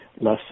less